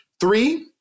Three